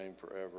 forever